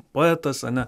poetas ane